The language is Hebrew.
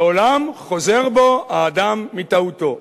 לעולם חוזר בו האדם מטעותו.